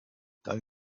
dann